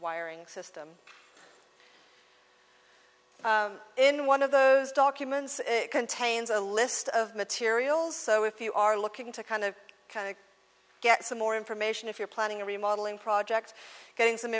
wiring system in one of those documents it contains a list of materials so if you are looking to kind of kind of get some more information if you're planning a remodelling project getting some